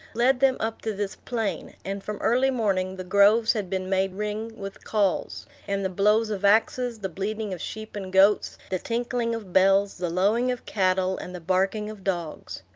led them up to this plain and from early morning the groves had been made ring with calls, and the blows of axes, the bleating of sheep and goats, the tinkling of bells, the lowing of cattle, and the barking of dogs.